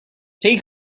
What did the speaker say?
take